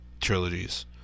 trilogies